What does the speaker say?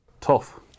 tough